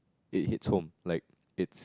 it hits home like it's